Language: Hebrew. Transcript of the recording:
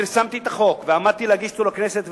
כאשר פרסמתי את החוק ועמדתי להגיש אותו לכנסת,